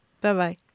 Bye-bye